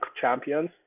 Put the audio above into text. champions